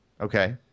Okay